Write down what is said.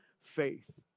faith